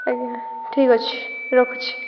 ଆଜ୍ଞା ଠିକ୍ଅଛି ରଖୁଛି